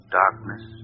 darkness